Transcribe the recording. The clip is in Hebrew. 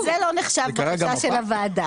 אז זה לא נחשב בקשה של הוועדה.